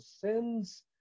sins